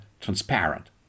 transparent